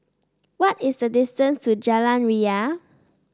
what is the distance to Jalan Ria